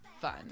fun